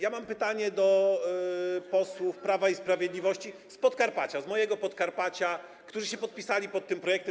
Ja mam pytanie do posłów Prawa i Sprawiedliwości z Podkarpacia, z mojego Podkarpacia, którzy się podpisali pod tym projektem.